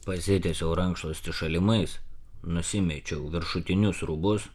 pasitiesiau rankšluostį šalimais nusimečiau viršutinius rūbus